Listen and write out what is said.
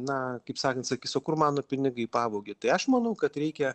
na kaip sakant sakys o kur mano pinigai pavogė tai aš manau kad reikia